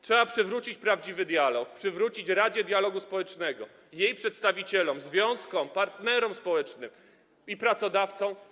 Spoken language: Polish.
Trzeba przywrócić prawdziwy dialog, przywrócić godne miejsce Radzie Dialogu Społecznego, jej przedstawicielom, związkom, partnerom społecznym i pracodawcom.